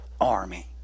Army